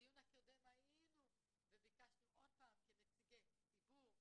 בדיון הקודם היינו וביקשנו עוד פעם כנציגי ציבור,